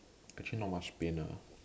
actually not much pain ah